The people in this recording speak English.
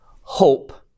hope